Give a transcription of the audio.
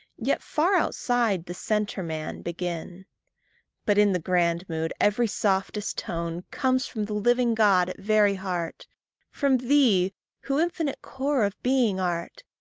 yet far outside the centre man begin but in the grand mood, every softest tone comes from the living god at very heart from thee who infinite core of being art,